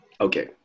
Okay